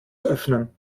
öffnen